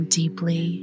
deeply